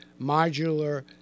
modular